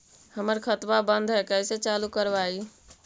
हमर खतवा बंद है कैसे चालु करवाई?